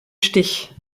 stich